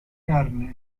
carne